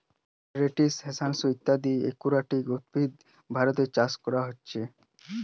lettuce, হ্যাসান্থ ইত্যদি aquatic উদ্ভিদ ভারতে চাষ করা হতিছে